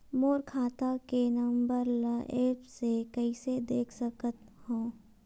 मोर खाता के नंबर ल एप्प से कइसे देख सकत हव?